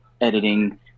editing